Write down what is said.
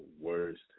worst